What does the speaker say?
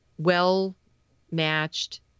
Well-matched